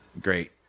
great